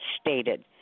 stated